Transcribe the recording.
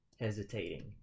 hesitating